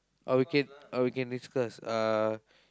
or we can or we can discuss uh